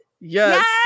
Yes